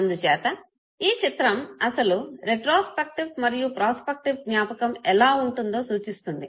అందుచేత ఈ చిత్రం అసలు రెట్రోస్పెక్టివ్ మరియు ప్రాస్పెక్టివ్ జ్ఞాపకం ఎలా ఉంటుందో సూచిస్తుంది